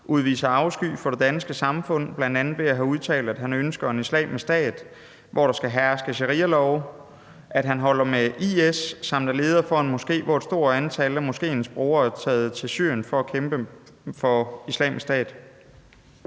udviser afsky for det danske samfund, bl.a. ved at have udtalt, at han ønsker en islamisk stat, hvor der skal herske sharialove, at han holder med IS samt er leder for en moské, hvor et stort antal af moskéens brugere er taget til Syrien for at kæmpe for Islamisk Stat?